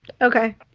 Okay